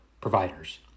providers